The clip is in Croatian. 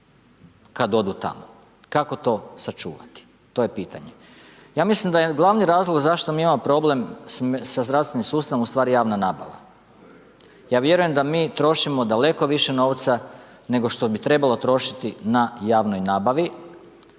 kad odu tamo. Kako to sačuvati? To je pitanje. Ja mislim da je glavni razlog zašto mi imamo problem sa zdravstvenim sustavom ustvari javna nabava. Ja vjerujem da mi trošimo daleko više novca nego što bi trebalo trošiti na javnoj nabavi.